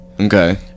okay